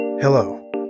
Hello